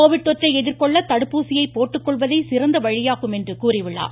Covid தொற்றை எதிர்கொள்ள தடுப்பூசியை போட்டுக்கொள்வதே சிறந்த வழியாகும் என்று கூறியுள்ளார்